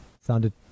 sounded